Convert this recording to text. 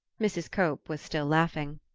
mrs. cope was still laughing.